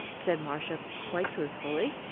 said marcia, quite truthfully.